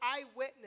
eyewitness